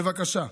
בבקשה,